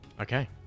Okay